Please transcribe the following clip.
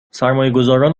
سرمایهگذاران